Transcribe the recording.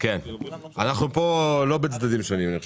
אנחנו כאן לא בצדדים שונים.